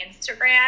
Instagram